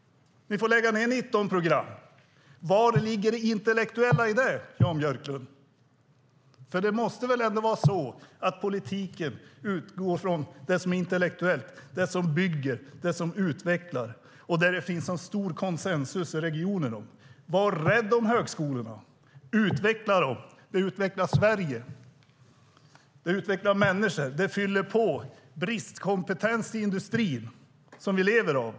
Ni får lägga ned 19 program. Var ligger det intellektuella i det, Jan Björklund? För det måste väl ändå vara så att politiken utgår från det som är intellektuellt, det som bygger, det som utvecklar och det som det finns en stor konsensus om i regionen. Var rädd om högskolorna! Utveckla dem! Det utvecklar Sverige, det utvecklar människor och det fyller på bristkompetens i industrin, som vi lever av.